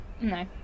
no